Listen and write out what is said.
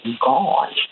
gone